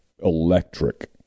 electric